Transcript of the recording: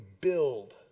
build